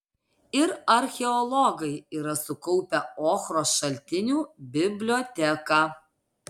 ir archeologai yra sukaupę ochros šaltinių biblioteką